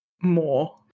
more